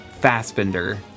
Fassbender